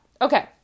Okay